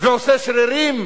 ועושה שרירים